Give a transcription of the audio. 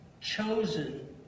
chosen